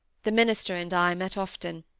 the minister and i met often,